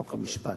חוק ומשפט.